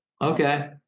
Okay